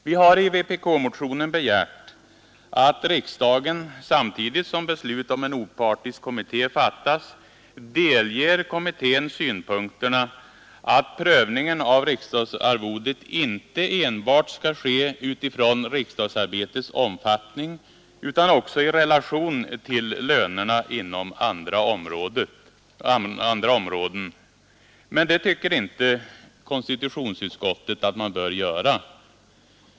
Vi har i vpk-motionen begärt att riksdagen, samtidigt som beslut om en opartisk kommitté fattas, delger kommittén synpunkterna att prövningen av riksdagsarvodet inte enbart skall ske utifrån riksdagsarbetets omfattning utan också i relation till lönerna inom andra områden. Men det tycker inte konstitutionsutskottet att man bör göra.